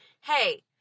hey